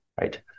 right